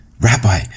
Rabbi